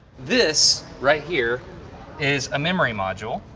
this right here is a memory module,